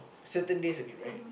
certain days only right